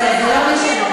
בסדר, זה לא משנה.